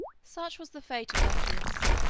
such was the fate of decius,